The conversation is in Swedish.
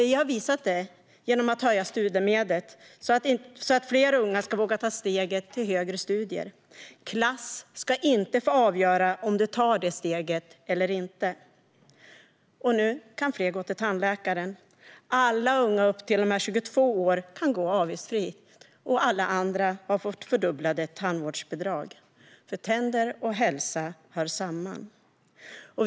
Vi har visat det genom att höja studiemedlet så att fler unga ska våga ta steget till högre studier. Klass ska inte få avgöra om du tar det steget eller inte. Nu kan fler dessutom gå till tandläkaren. Alla unga upp till 22 år kan gå avgiftsfritt, och alla andra har fått fördubblade tandvårdsbidrag. Tänder och hälsa hör nämligen samman.